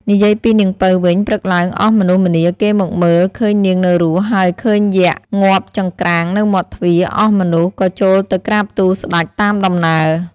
និយាយពី នាងពៅវិញ ព្រឹកឡើងអស់មនុស្សម្នាគេមកមើល ឃើញនាងនៅរស់ ហើយឃើញយក្ខងាប់ចង្គ្រាងនៅមាត់ទ្វារ អស់មនុស្ស ក៏ចូលទៅក្រាបទូលស្តេចតាមដំណើរ។